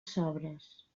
sobres